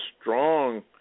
strong